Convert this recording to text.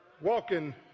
Walking